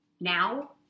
now